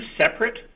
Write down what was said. separate